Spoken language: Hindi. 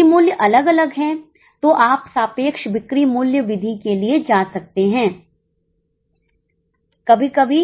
यदि मूल्य अलग अलग हैं तो आप सापेक्ष बिक्री मूल्य विधि के लिए जा सकते हैं कभी कभी